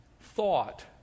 thought